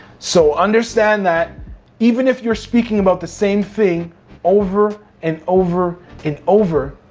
so, understand that even if you're speaking about the same thing over and over and over,